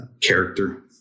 character